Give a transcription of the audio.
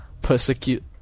persecute